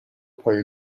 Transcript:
پایه